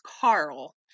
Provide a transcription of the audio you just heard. Carl